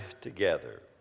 together